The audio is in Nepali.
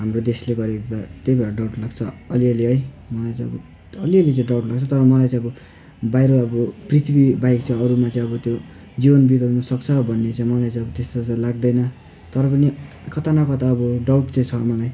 हाम्रो देशले गरेको देख्दा त्यही भएर डाउट लाग्छ अलिअलि है मलाई चाहिँ अब अलिअलि चाहिँ डाउट लाग्छ तर मलाई चाहिँ अब बाहिर अब पृथ्वी बाहिर चाहिँ अरूमा चाहिँ अब त्यो जीवन बिताउनसक्छ भन्ने चाहिँ मलाई चाहिँ त्यस्तो चाहिँ लाग्दैन तर पनि कता न कता अब डाउट चाहिँ छ मलाई